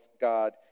God